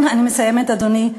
אני מסיימת, אדוני.